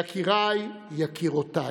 יקיריי, יקירותיי,